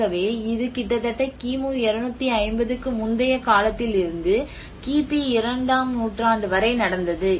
ஆகவே இது கிட்டத்தட்ட கிமு 250 க்கு முந்தைய காலத்திலிருந்து கிபி 2 ஆம் நூற்றாண்டு வரை நடந்தது